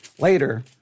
later